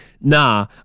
nah